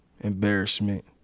embarrassment